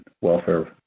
welfare